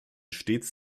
stets